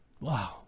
wow